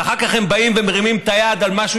ואחר כך הם באים ומרימים את היד על משהו